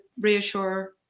reassure